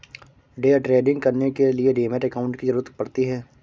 day trading करने के लिए डीमैट अकांउट की जरूरत पड़ती है